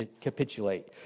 capitulate